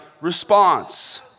response